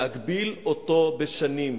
להגביל אותו בשנים.